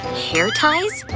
hair ties?